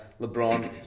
LeBron